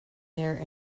there